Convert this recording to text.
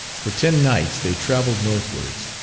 for ten nights they travelled northwards,